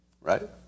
right